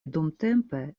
dumtempe